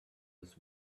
his